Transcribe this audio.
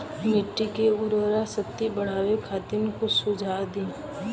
मिट्टी के उर्वरा शक्ति बढ़ावे खातिर कुछ सुझाव दी?